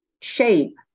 shape